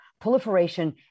proliferation